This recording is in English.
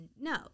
No